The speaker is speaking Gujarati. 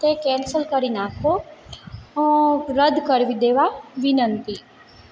તે કેન્સલ કરી નાખો રદ કરી દેવા વિનંતી